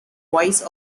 voice